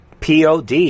POD